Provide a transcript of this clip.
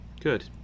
good